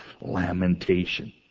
lamentation